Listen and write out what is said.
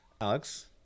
Alex